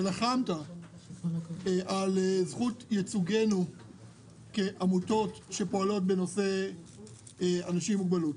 שלחמת על זכות ייצוגנו כעמותות שפועלות בנושא אנשים עם מוגבלות.